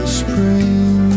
spring